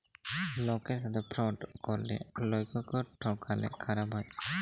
লকের সাথে ফ্রড ক্যরলে লকক্যে ঠকালে খারাপ হ্যায়